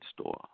store